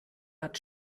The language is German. hat